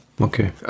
Okay